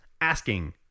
asking